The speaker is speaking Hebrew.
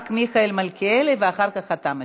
רק מיכאל מלכיאלי, ואחר כך אתה משיב.